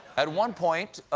at one point,